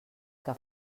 que